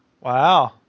Wow